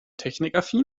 technikaffin